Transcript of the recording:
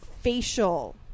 facial